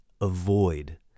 avoid